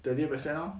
thirty percent loh